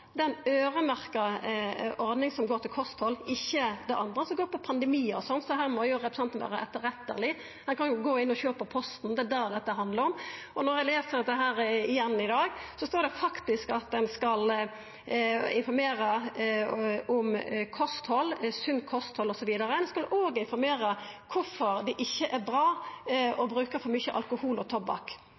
Det er ei øyremerkt ordning som går til kosthald, ikkje det andre som går på pandemiar og sånt – så her må representanten vera etterretteleg. Ein kan jo gå inn og sjå på posten, at det er det dette handlar om. Og når eg les dette igjen i dag, står det faktisk at ein skal informera om sunt kosthald osv. Ein skal òg informera om kvifor det ikkje er bra å bruka for mykje alkohol og tobakk.